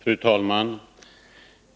Fru talman!